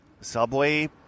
subway